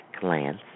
glance